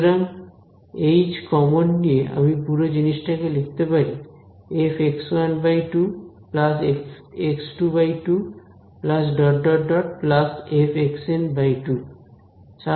সুতরাং H common নিয়ে আমি পুরো জিনিসটাকে লিখতে পারি f 2 f 2 f 2